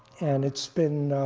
and it's been